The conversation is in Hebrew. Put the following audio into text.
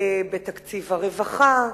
בתקציב הרווחה.